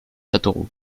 châteauroux